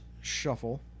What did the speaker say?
shuffle